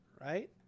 Right